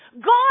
God